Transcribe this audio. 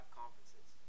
conferences